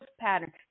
pattern